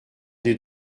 des